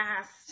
past